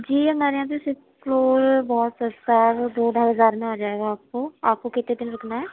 جی میں نے ابھی سکس فلور بہت سَستا ہے دو ڈھائی ہزار میں آ جائے گا آپ کو آپ کو کتنے دِن رُکنا ہے